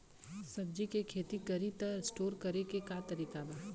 सब्जी के खेती करी त स्टोर करे के का तरीका बा?